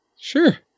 Sure